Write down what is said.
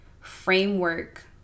framework